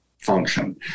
function